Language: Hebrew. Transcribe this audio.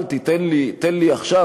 תן לי עכשיו,